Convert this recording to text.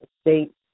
state